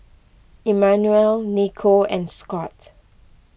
Immanuel Nikko and Scott